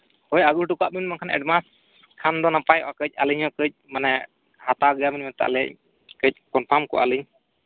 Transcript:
ᱦᱳᱭ ᱟᱹᱜᱩ ᱚᱴᱚᱠᱟᱜᱵᱮᱱ ᱵᱟᱝᱠᱷᱟᱱ ᱮᱰᱵᱷᱟᱱᱥ ᱠᱷᱟᱱᱫᱚ ᱱᱟᱯᱟᱭᱚᱜᱼᱟ ᱠᱟᱹᱡ ᱟᱹᱞᱤᱧᱦᱚᱸ ᱠᱟᱹᱡ ᱢᱟᱱᱮ ᱦᱟᱛᱟᱣ ᱜᱮᱭᱟᱵᱮᱱ ᱢᱮᱱᱛᱮ ᱟᱞᱮ ᱠᱟᱹᱡ ᱠᱚᱱᱯᱷᱟᱨᱢᱠᱚᱜ ᱟᱞᱤᱧ